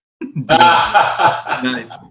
Nice